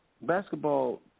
Basketball